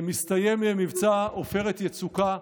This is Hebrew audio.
מסתיים מבצע עופרת יצוקה.